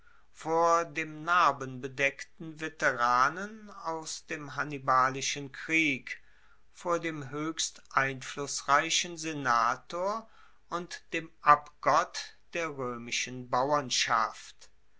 vor dem narbenbedeckten veteranen aus dem hannibalischen krieg vor dem hoechst einflussreichen senator und dem abgott der roemischen bauernschaft